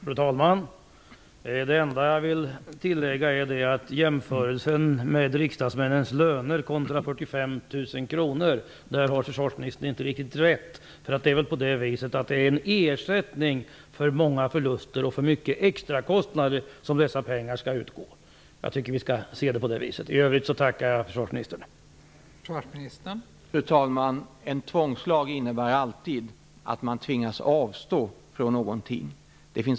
Fru talman! Det enda jag vill tillägga är att försvarsministern inte har riktigt rätt när det gäller jämförelsen mellan riksdagsmännens löner och taket på 45 000 kr. Näringsbidraget är en ersättning för förluster och extrakostnader. Jag tycker att vi skall se bidraget på det viset. I övrigt tackar jag försvarsministern.